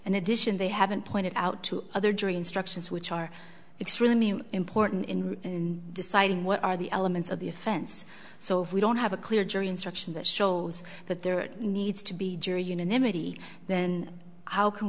and addition they haven't pointed out to other jury instructions which are it's really mean important in deciding what are the elements of the offense so if we don't have a clear jury instruction that shows that there needs to be unanimity then how can